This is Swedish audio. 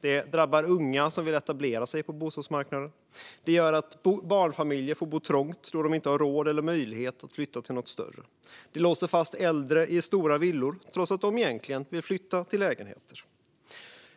Den drabbar unga som vill etablera sig på bostadsmarknaden. Den gör att barnfamiljer får bo trångt, då de inte har råd eller möjlighet att flytta till något större. Den låser fast äldre i stora villor, trots att de egentligen vill flytta till lägenheter.